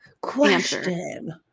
Question